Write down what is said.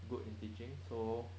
good in teaching so